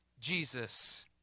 Jesus